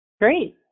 Great